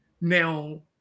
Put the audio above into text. Now